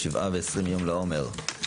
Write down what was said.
שבעה ועשרים יום לעומר.